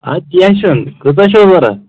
آ کینہہ چُھنہٕ کۭژاہ چھو ضروٗرت